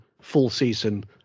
full-season